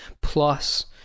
plus